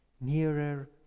nearer